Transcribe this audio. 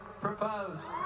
propose